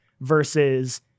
versus